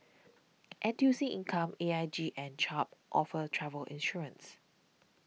N T U C Income A I G and Chubb offer travel insurance